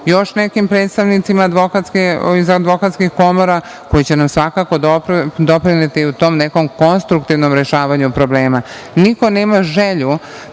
još nekim predstavnicima iz advokatskih komora, koji će nam svakako doprineti u tom nekom konstruktivnom rešavanju problema. Niko nema želju